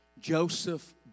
Joseph